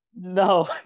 No